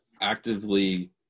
actively